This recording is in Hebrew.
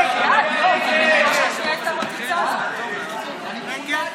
אנחנו נעבור להצבעה על הסתייגות מס' 16. הסתייגות